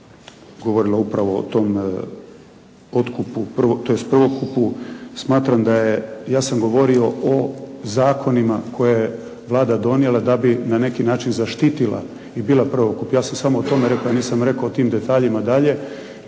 govorila upravo o tom, tj. …/Govornik se ne razumije./… Smatram da je, ja sam govorio o zakonima koje je Vlada donijela da bi na neki način zaštitila i bila prvokup. Ja sam samo o tome rekao. Ja nisam rekao o tim detaljima dalje